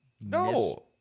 No